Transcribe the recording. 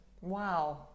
Wow